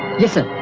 listen